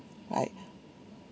right